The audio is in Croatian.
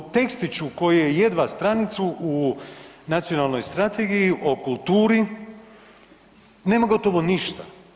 U tekstiču koji je jedva stranicu u nacionalnoj strategiji o kulturi nema gotovo ništa.